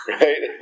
right